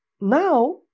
Now